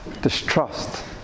distrust